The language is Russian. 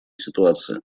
ситуации